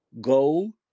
go